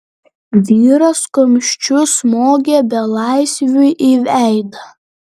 vyras kumščiu smogė belaisviui į veidą